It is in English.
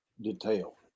detail